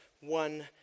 one